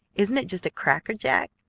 isn't it just a crackerjack?